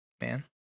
Man